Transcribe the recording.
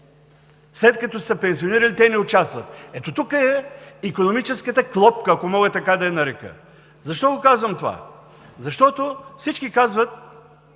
след като са се пенсионирали – те не участват. Ето тук е икономическата клопка, ако мога така да я нарека. Защо казваме това? Защото, колеги, всички казват: